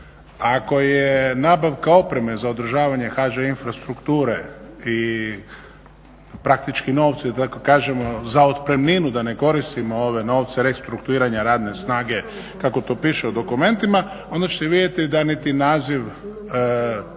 Ako je nabavka opreme za održavanje HŽ-Infrastrukture i praktički novci da tako kažemo za otpremninu, da ne koristimo ove novce restrukturiranja radne snage kako to piše u dokumentima, onda ćete vidjeti da niti naziv ove